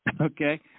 Okay